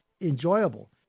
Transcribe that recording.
enjoyable